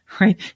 Right